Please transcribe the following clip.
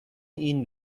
این